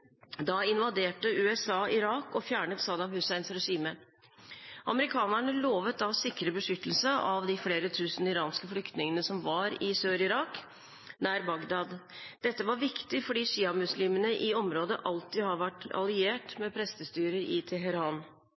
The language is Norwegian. Da invaderte USA Irak og fjernet Saddam Husseins regime. Amerikanerne lovet da å sikre beskyttelse av de flere tusen iranske flyktningene som var i Sør-Irak, nær Bagdad. Dette var viktig fordi sjiamuslimene i området alltid har vært alliert med prestestyret i Teheran.